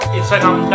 Instagram